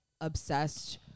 obsessed